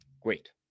Great